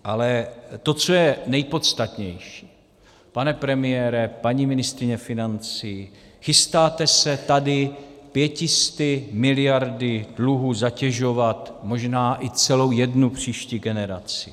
Ale to, co je nejpodstatnější, pane premiére, paní ministryně financí, chystáte se tady 500 miliardami dluhu zatěžovat možná i celou jednu příští generaci.